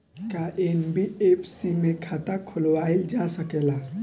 का एन.बी.एफ.सी में खाता खोलवाईल जा सकेला?